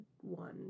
one